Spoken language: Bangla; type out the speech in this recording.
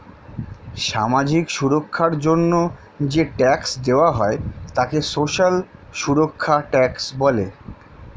সামাজিক সুরক্ষার জন্য যে ট্যাক্স দেওয়া হয় তাকে সোশ্যাল সুরক্ষা ট্যাক্স বলে